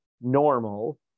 normal